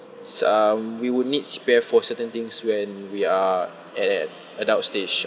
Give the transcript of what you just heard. um we will need C_P_F for certain things when we are at at adult stage